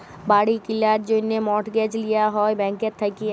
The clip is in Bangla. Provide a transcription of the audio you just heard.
বাড়ি কিলার জ্যনহে মর্টগেজ লিয়া হ্যয় ব্যাংকের থ্যাইকে